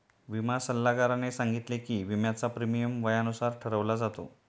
विमा सल्लागाराने सांगितले की, विम्याचा प्रीमियम वयानुसार ठरवला जातो